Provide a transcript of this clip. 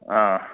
ꯑꯥ